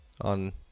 On